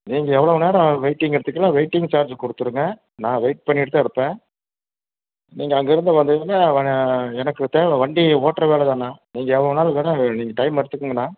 நீங்கள் எவ்வளோ நேரம் வெயிட்டிங் எடுத்துக்கலாம் வெயிட்டிங் சார்ஜ் கொடுத்துருங்க நான் வெயிட் பண்ணிவிட்டுதான் இருப்பேன் நீங்கள் அங்கேருந்து வந்தீங்கன்னா வ எனக்கு தேவை வண்டி ஓட்டுற வேலைதானே நீங்கள் எவ்வளோ நாள் வேணா நீங்கள் டைம் எடுத்துக்கங்கண்ணா